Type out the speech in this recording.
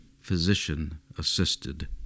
physician-assisted